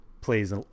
plays